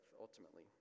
ultimately